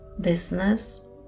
business